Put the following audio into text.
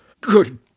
Good